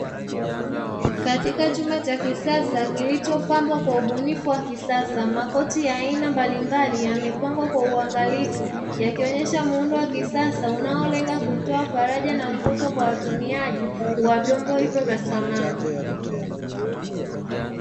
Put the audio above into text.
Katika chumba cha kisasa kilichopambwa kwa ubunifu wa kisasa makochi ya aina mbalimbali yamepangwa kwa uangalifu yakionyesha muundo wa kisasa unaolenga kutoa faraja na mvuto kwa watumiaji wa vyombo hivyo vya samani.